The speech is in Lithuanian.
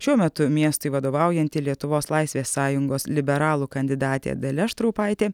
šiuo metu miestui vadovaujanti lietuvos laisvės sąjungos liberalų kandidatė dalia štraupaitė